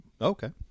Okay